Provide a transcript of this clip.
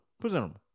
Presentable